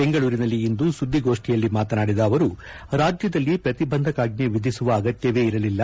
ಬೆಂಗಳೂರಿನಲ್ಲಿ ಇಂದು ಸುದ್ದಿಗೋಷ್ಠಿಯಲ್ಲಿ ಮಾತನಾಡಿದ ಅವರು ರಾಜ್ಯದಲ್ಲಿ ಪ್ರತಿಬಂಧಕಾಜ್ಜೆ ವಿಧಿಸುವ ಅಗತ್ವವೇ ಇರಲಿಲ್ಲ